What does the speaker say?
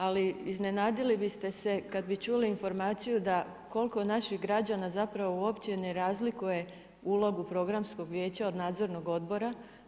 Ali, iznenadili biste se, kad bi čuli informaciju da koliko naših građana zapravo uopće ne razlikuje ulogu programskog vijeća od nadzornog odbora.